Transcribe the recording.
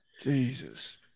Jesus